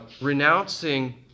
renouncing